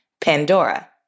Pandora